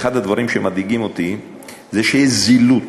ואחד הדברים שמדאיגים אותי זה שיש זילות,